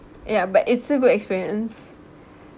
ya but it's a good experience